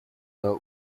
though